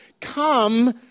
come